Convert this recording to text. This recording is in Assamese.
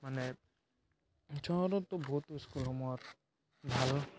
মানে সেইটো হ'লেওতো বহুত স্কুলসমূহত ভাল